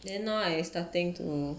then now I starting to